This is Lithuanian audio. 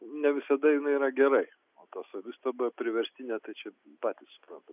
nevisada jinai yra gerai o ta savistaba priverstinė tai čia patys suprantat